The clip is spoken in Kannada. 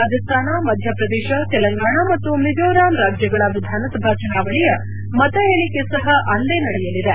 ರಾಜಸ್ತಾನ ಮಧ್ಯಪ್ರದೇಶ ತೆಲಂಗಾಣ ಮತ್ತು ಮಿಝೋರಾಮ್ ರಾಜ್ಲಗಳ ವಿಧಾನಸಭಾ ಚುನಾವಣೆಯ ಮತಎಣಿಕೆ ಸಹ ಅಂದೇ ನಡೆಯಲಿದೆ